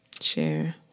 share